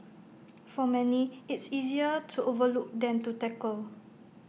for many it's easier to overlook than to tackle